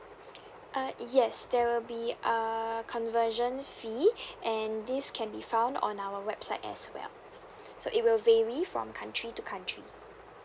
uh yes there will be a conversion fee and this can be found on our website as well so it will vary from country to country